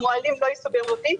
גם לא המוהלים,